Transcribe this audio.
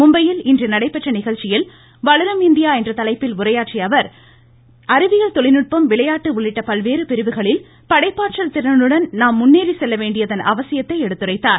மும்பையில் இன்று நடைபெற்ற நிகழ்ச்சியில் வளரும் இந்தியா என்ற தலைப்பில் உரையாற்றிய அவர் எனவே அறிவியல் தொழில்நுட்பம் விளையாட்டு உள்ளிட்ட பல்வேறு பிரிவுகளில் படைப்பாற்றல் திறனுடன் நாம் முன்னேறி செல்ல வேண்டியதன் அவசியத்தை எடுத்துரைத்தார்